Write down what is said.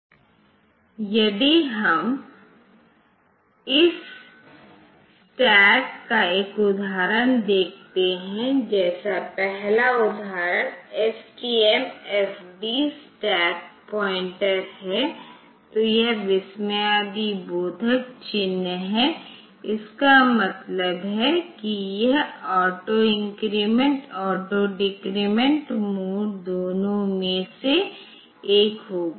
इसलिए यदि हम इस स्टैक का एक उदाहरण देखते हैं जैसे पहला उदाहरण STMFD स्टैक पॉइंटर है तो यह विस्मयादिबोधक चिह्न है इसका मतलब है कि यह auto increment auto decrement mode दोनों में से एक होगा